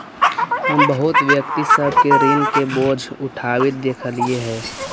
हम बहुत व्यक्ति सब के ऋण के बोझ उठाबित देखलियई हे